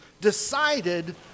decided